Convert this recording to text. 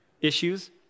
issues